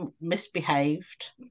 misbehaved